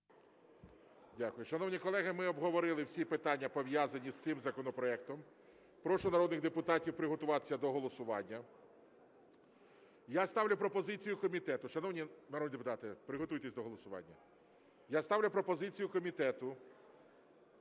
Дякую. Шановні колеги, ми обговорили всі питання, пов'язані з цим законопроектом. Прошу народних депутатів приготуватися до голосування. Я ставлю пропозицію комітету,